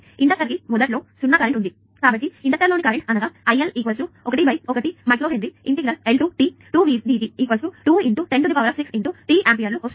ఇప్పుడు ఇండక్టర్ కి మొదట్లో 0 కరెంట్ ఉంది కాబట్టి ఇండక్టర్లోని కరెంట్ అనగా iL 11μH L t 2V dt 2 106t ఆంపియర్లను వస్తుంది